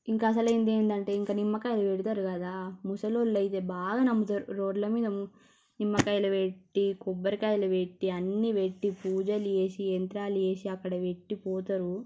ఇంకసలు ఏందేదంటే ఇంకా నిమ్మకాయ పెడతారు కదా ముసలోళ్ళు అయితే బాగా నమ్ముతారు రోడ్ల మీద నిమ్మకాయలు పెట్టి కొబ్బరికాయలు పెట్టి అన్ని పెట్టి పూజలు చేసి యంత్రాలు వేసీ అక్కడ పెట్టి పోతరు